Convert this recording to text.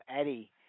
Eddie